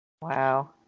Wow